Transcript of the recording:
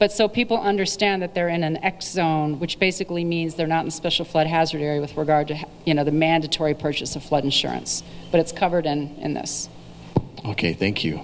but so people understand that they're in an x on which basically means they're not in special flood hazard area with regard to you know the mandatory purchase of flood insurance but it's covered and this ok thank you